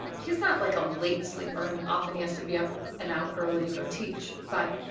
he's not like a late sleeper and often he has to be up and out early to go teach but